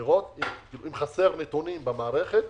לראות אם חסרים נתונים במערכת,